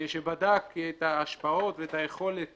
שבדק את ההשפעות ואת היכולת